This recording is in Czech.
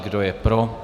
Kdo je pro?